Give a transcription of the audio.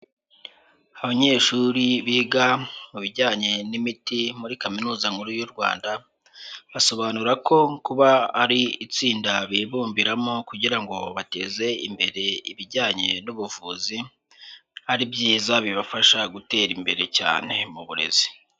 Abanyeshuri biga mu bijyanye n'imiti muri Kaminuza Nkuru y'u Rwanda, basobanura ko kuba ari itsinda bibumbiramo kugira ngo bateze imbere ibijyanye n'ubuvuzi, ari byiza bibafasha gutera imbere cyane mu burezi.